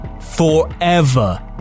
forever